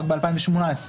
רק ב-2018.